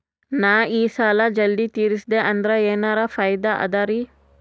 ನಾ ಈ ಸಾಲಾ ಜಲ್ದಿ ತಿರಸ್ದೆ ಅಂದ್ರ ಎನರ ಫಾಯಿದಾ ಅದರಿ?